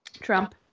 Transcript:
Trump